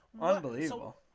Unbelievable